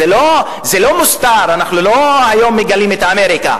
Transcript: זה לא מוסתר, אנחנו לא היום מגלים את אמריקה.